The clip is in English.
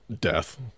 Death